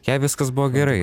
jai viskas buvo gerai